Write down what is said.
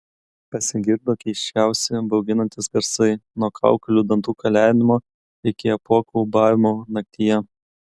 pasigirdo keisčiausi bauginantys garsai nuo kaukolių dantų kalenimo iki apuokų ūbavimo naktyje